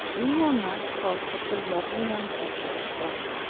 we will not call such a lovely young creature as that,